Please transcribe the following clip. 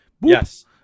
Yes